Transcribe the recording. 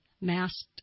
masked